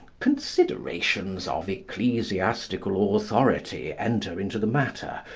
considerations of ecclesiastical authority enter into the matter,